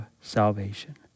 salvation